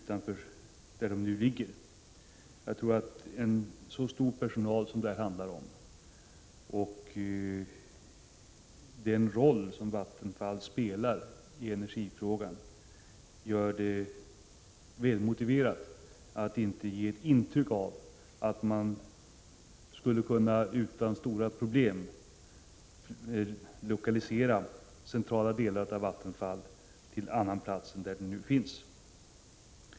Med hänsyn till personalen och till den roll som Vattenfall spelar i energifrågan bör man inte ge intryck av att man utan stora problem skulle kunna lokalisera centrala delar av Vattenfall till annan plats. Fru talman!